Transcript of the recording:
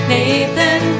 Nathan